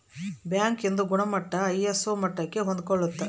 bank ಇಂದು ಗುಣಮಟ್ಟ ISO ಮಟ್ಟಕ್ಕೆ ಹೊಂದ್ಕೊಳ್ಳುತ್ತ